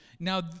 Now